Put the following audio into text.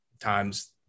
times